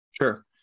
Sure